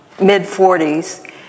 mid-40s